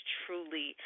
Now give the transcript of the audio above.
truly